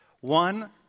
One